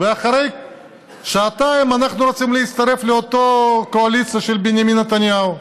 ואחרי שעתיים אנחנו רוצים להצטרף לאותה קואליציה של בנימין נתניהו.